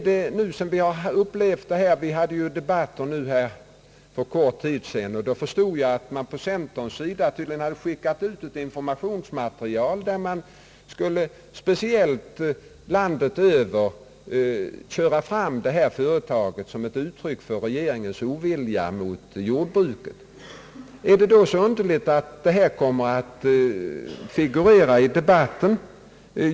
I samband med debatter för kort tid sedan förstod jag, att centern tydligen skickat ut ett informationsmaterial som gick ut på att man landet över skulle köra fram detta företag som ett exempel på regeringens ovilja mot jordbruket. Är det då så underligt att denna fråga kommer att figurera i debatten?